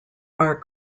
are